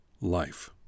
life